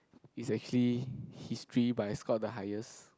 is actually History but I scored the highest